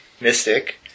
mystic